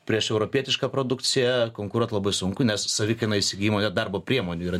prieš europietišką produkciją konkuruot labai sunku nes savikaina įsigijimo net darbo priemonių yra